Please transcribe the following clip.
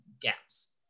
gaps